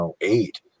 eight